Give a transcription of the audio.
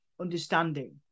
understanding